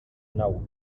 nou